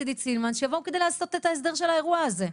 עידית סילמן שיבואו כדי לעשות את ההסדר שאת האירוע הזה.